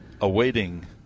awaiting